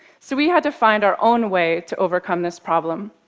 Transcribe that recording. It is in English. so we had to find our own way to overcome this problem.